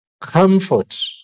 Comfort